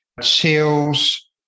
sales